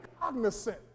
cognizant